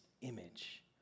image